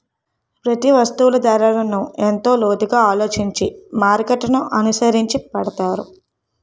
ప్రతి వస్తువు ధరను ఎంతో లోతుగా ఆలోచించి మార్కెట్ననుసరించి పెడతారు